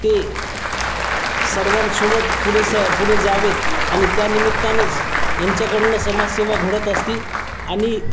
ते सर्वांसोबत पुढे स पुढे जावेत आणि त्यानिमित्तानच यांच्याकडनं समाजसेवा घडत असते आणि